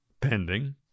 pending